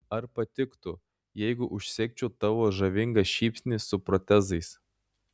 ar patiktų jeigu užsegčiau tavo žavingą šypsnį su protezais